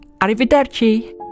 Arrivederci